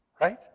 Right